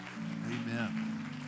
amen